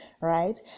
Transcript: right